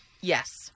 Yes